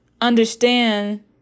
understand